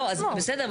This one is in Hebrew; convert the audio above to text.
לא, בסדר.